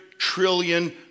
trillion